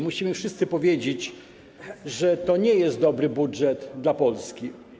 Musimy wszyscy powiedzieć, że to nie jest dobry budżet dla Polski.